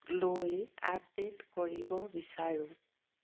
লৈ আপডে'ট কৰিব বিচাৰো